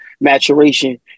maturation